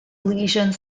lesions